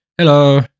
Hello